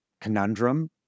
conundrum